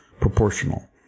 Proportional